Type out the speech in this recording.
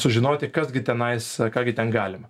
sužinoti kas gi tenais ką gi ten galime